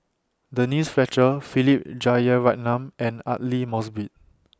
Denise Fletcher Philip Jeyaretnam and Aidli Mosbit